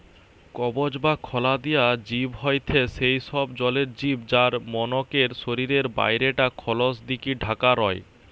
কবচ বা খলা দিয়া জিব হয়থে সেই সব জলের জিব যার মনকের শরীরের বাইরে টা খলস দিকি ঢাকা রয়